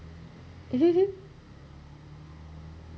mmhmm hmm